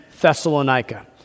Thessalonica